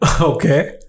Okay